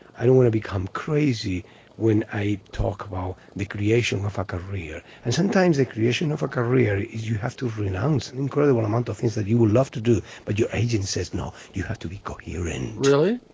i don't want to become crazy when i talk about the creation of a career. and sometimes the creation of a career is you have to renounce an and incredible amount of things that you will love to do. but your agent says no. you have to be got. you're in. really?